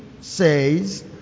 says